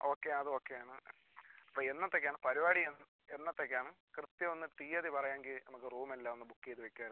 okay അത് ഓക്കെയാണ് അപ്പോൾ എന്നത്തേക്കാണ് പരുപാടി എന്നത്തേക്കാണ് കൃത്യം ഒന്ന് തീയതി പറയുമെങ്കിലും നമുക്ക് റൂമ് എല്ലാം ഒന്ന് ബുക്ക് ചെയ്ത് വയ്ക്കാമായിരുന്നു